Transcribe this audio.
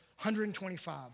125